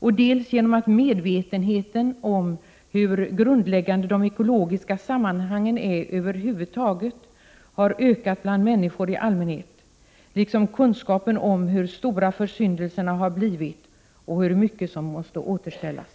förvärrats, dels genom att medvetenheten om hur grundläggande de ekologiska sammanhangen är har ökat bland människor i allmänhet liksom kunskapen om hur stora försyndelserna har blivit och hur mycket som måste återställas.